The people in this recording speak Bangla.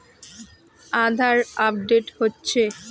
আধার আপডেট হচ্ছে?